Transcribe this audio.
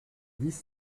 dix